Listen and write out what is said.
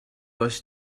does